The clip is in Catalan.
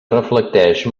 reflecteix